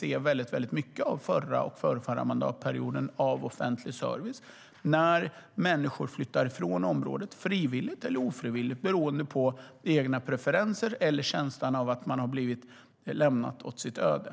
Den fick vi se mycket av under den förra och förrförra mandatperioden när människor flyttade från områden frivilligt eller ofrivilligt beroende på egna preferenser eller känslan av att de hade blivit lämnade åt sitt öde.